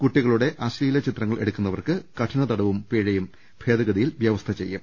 കുട്ടികളുടെ അശ്ലീല ചിത്രങ്ങൾ എടുക്കുന്നവർക്ക് കഠിനതടവും പിഴയും ഭേദഗതിയിൽ വൃവസ്ഥ ചെയ്യും